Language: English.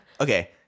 Okay